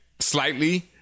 Slightly